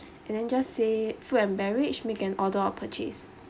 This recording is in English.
and then just say food and beverage make an order or purchase